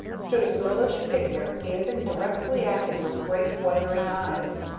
stood a girlish figure gazing directly at him with great, wondering eyes.